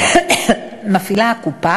הקופה